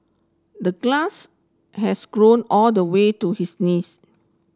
the glass has grown all the way to his knees